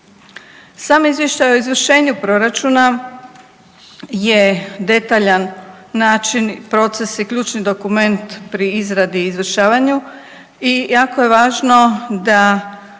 Sam izvještaj o izvršenju proračuna je detaljan način proces i ključni dokument pri izradi i izvršavanju i jako je važno da